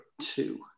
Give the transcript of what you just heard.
two